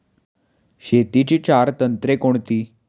शेतीची चार तंत्रे कोणती?